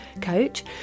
coach